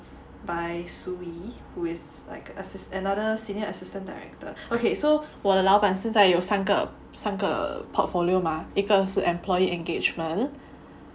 by Suyi who is like another senior assistant director okay so 我的老板现在有三个三个 portfolio mah 一个是 employee engagement